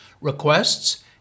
requests